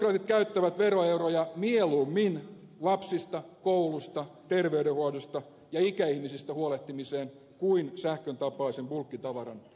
sosialidemokraatit käyttävät veroeuroja mieluummin lapsista koulusta ter veydenhoidosta ja ikäihmisistä huolehtimiseen kuin sähkön tapaisen bulkkitavaran tuottamiseen